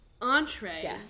entree